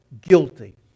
guilty